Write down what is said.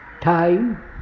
Time